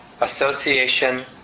Association